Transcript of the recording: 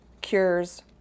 cures